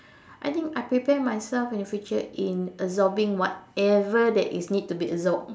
I think I prepare myself in future in absorbing whatever that is need to be absorbed